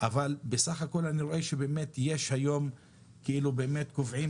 אבל בסך הכול אני רואה שבאמת יש היום כאילו באמת קובעים